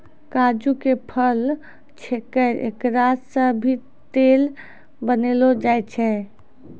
काजू के फल छैके एकरा सॅ भी तेल बनैलो जाय छै